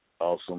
Awesome